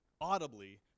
audibly